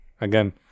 again